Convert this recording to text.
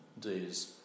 days